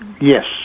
Yes